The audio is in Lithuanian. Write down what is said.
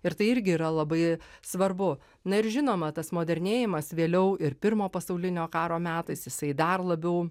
ir tai irgi yra labai svarbu na ir žinoma tas modernėjimas vėliau ir pirmo pasaulinio karo metais jisai dar labiau